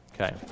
Okay